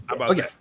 Okay